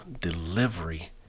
delivery